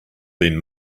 been